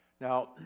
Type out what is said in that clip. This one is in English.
Now